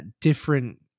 different